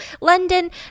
London